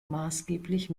maßgeblich